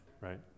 right